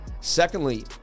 secondly